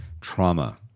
trauma